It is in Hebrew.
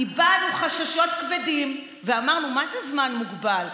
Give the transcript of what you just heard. הבענו חששות כבדים ואמרנו: מה זה זמן מוגבל,